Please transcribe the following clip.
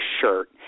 shirt